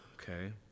okay